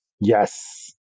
Yes